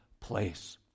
place